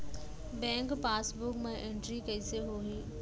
Bank passbook मा entry कइसे होही?